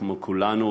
כמו כולנו,